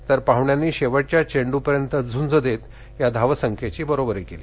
तर पाह्ण्यांनी शेवटच्या चेंड्रपर्यंत झुंज देत या धावसंख्येची बरोबरी केली